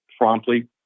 promptly